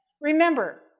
Remember